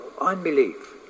Unbelief